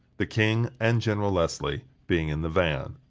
the king and general lesley being in the van.